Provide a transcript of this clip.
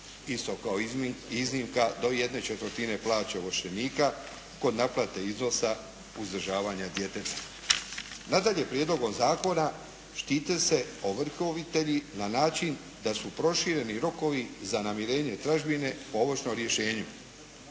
isto kao iznimka do jedne četvrtine plaće ovršenika kod naplate iznosa uzdržavanja djeteta. Nadalje Prijedlogom zakona štite se ovrhovitelji na način da su prošireni rokovi za namirenje tražbine po ovršnom rješenju.